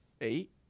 eight